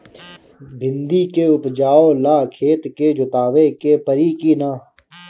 भिंदी के उपजाव ला खेत के जोतावे के परी कि ना?